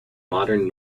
modern